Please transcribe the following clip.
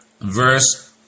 verse